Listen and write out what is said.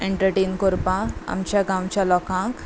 entertain करपाक आमच्या गांवच्या लोकांक